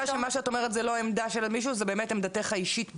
שמה שאת אומרת זאת עמדתך האישית בלבד.